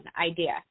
idea